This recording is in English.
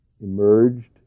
emerged